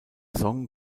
song